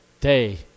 day